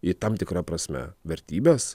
į tam tikra prasme vertybes